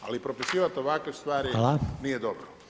Ali propisivati ovakve stvari nije dobro.